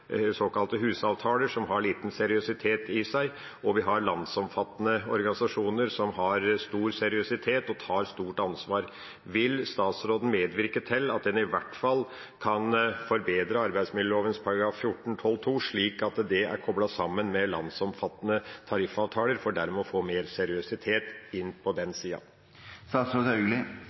såkalte husavtaler, som har lite seriøsitet i seg, og vi har landsomfattende organisasjoner som har stor seriøsitet og tar stort ansvar. Vil statsråden medvirke til at en i hvert fall kan forbedre arbeidsmiljøloven § 14-12 a annet ledd, slik at det er koblet sammen med landsomfattende tariffavtaler, for dermed å få mer seriøsitet inn på den